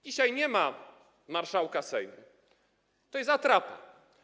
Dzisiaj nie ma marszałka Sejmu, to jest atrapa.